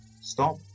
Stop